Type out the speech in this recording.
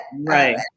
Right